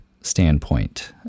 standpoint